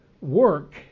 work